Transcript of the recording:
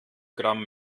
gramm